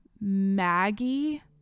Maggie